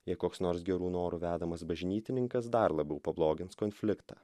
jei koks nors gerų norų vedamas bažnytininkas dar labiau pablogins konfliktą